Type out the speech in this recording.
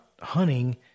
hunting